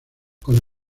con